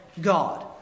god